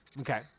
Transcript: Okay